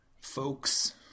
folks